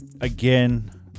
again